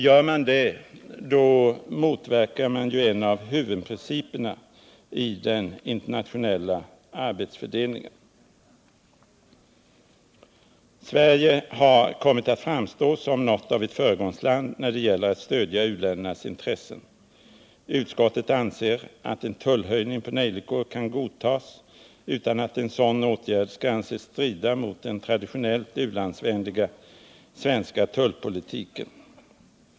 Gör man det motverkar man ju en av huvudprinciperna i den internationella arbetsfördelningen. Sverige har kommit att framstå som något av ett föregångsland när det gäller att stödja u-ländernas intressen. Utskottet anser att en tullhöjning på nejlikor kan godtas utan att en sådan åtgärd skall anses strida mot den traditionellt u-landsvänliga svenska tullpolitiken.